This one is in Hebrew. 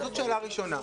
זאת שאלה ראשונה.